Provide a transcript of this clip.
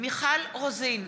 מיכל רוזין,